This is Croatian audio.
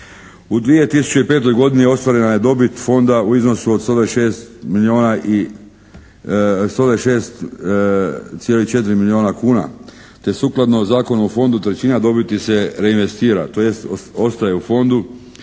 U 2005. godini ostvarena je dobit fonda u iznosu od 126 milijuna i, 126,4 milijuna kuna te sukladno Zakonu o fondu trećina dobiti se reinvestira, tj. ostaje u fondu,